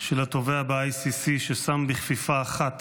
של התובע ב-ICC, ששם בכפיפה אחת